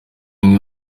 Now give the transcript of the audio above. imwe